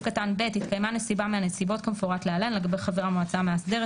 (ב)התקיימה נסיבה מהנסיבות כמפורט להלן לגבי חבר המועצה המאסדרת,